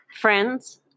friends